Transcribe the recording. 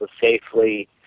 safely